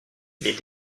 les